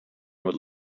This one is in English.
would